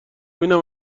اینم